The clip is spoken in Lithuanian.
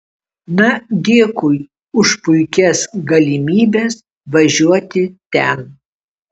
na dėkui už puikias galimybės važiuoti ten